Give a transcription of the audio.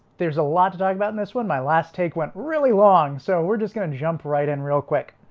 there's a lot to talk about in this one my last take went really long. so we're just gonna jump right in real quick